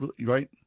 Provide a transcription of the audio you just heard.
right